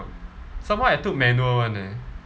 some more I took manual [one] eh